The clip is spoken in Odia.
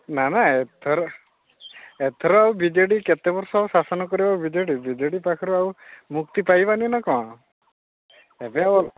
ନା ନା ଏଥର ଏଥର ଆଉ ବି ଜେ ଡ଼ି ଆଉ କେତେବର୍ଷ ଆଉ ଶାସନ କରିବ B J D B J D ପାଖରୁ ଆଉ ମୁକ୍ତି ପାଇବାନି ନା କ'ଣ ଏବେ ଆଉ